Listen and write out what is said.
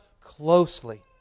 closely